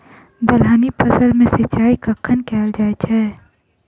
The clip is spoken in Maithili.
दलहनी फसल मे सिंचाई कखन कैल जाय छै?